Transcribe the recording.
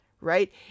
right